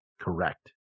Correct